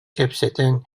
кэпсэтэн